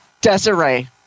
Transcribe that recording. Desiree